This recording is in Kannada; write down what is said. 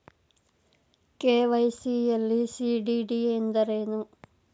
ಕೆ.ವೈ.ಸಿ ಯಲ್ಲಿ ಸಿ.ಡಿ.ಡಿ ಎಂದರೇನು?